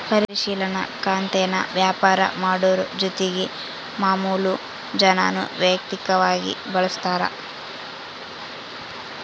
ಪರಿಶಿಲನಾ ಖಾತೇನಾ ವ್ಯಾಪಾರ ಮಾಡೋರು ಜೊತಿಗೆ ಮಾಮುಲು ಜನಾನೂ ವೈಯಕ್ತಕವಾಗಿ ಬಳುಸ್ತಾರ